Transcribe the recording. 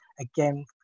Again